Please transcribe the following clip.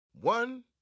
One